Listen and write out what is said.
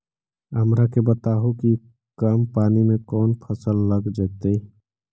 हमरा के बताहु कि कम पानी में कौन फसल लग जैतइ?